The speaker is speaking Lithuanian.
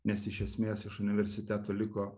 nes iš esmės iš universiteto liko